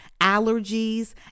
allergies